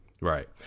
Right